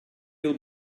yıl